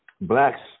Blacks